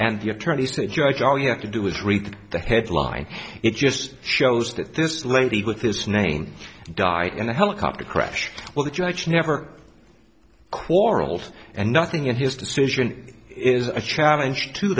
and the attorneys to judge all you have to do is read the headline it just shows that this lady with this name died in a helicopter crash well the judge never quarreled and nothing in his decision is a challenge to